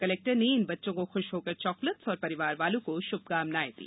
collector ने इन बच्चों को खुश होकर चॉकलेट्स और परिवार वालों को शुभकामनाएं दी